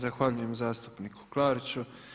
Zahvaljujem zastupniku Klariću.